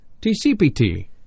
T-C-P-T